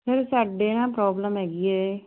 sir ਸਾਡੇ ਨਾ problem ਹੈਗੀ ਹੈ